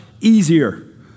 easier